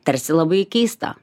tarsi labai keista